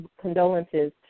condolences